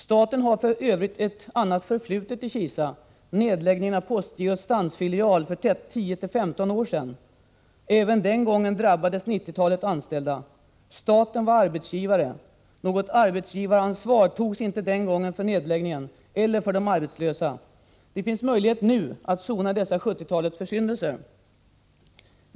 Staten har för övrigt ett annat förflutet i Kisa — nedläggningen av postgirots stansfilial för 10-15 år sedan. Även den gången drabbades nittiotalet anställda. Staten var arbetsgivare. Något arbetsgivaransvar togs inte den gången för nedläggningen eller för de arbetslösa. Det finns möjlighet nu att sona dessa 1970-talets försyndelser.